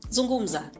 Zungumza